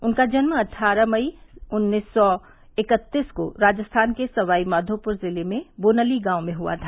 उनका जन्म अट्ठाह मई उन्नीस सौ इक्कतीस को राजस्थान के सवाई माघोपुर जिले में बोनली गांव में हुआ था